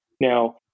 Now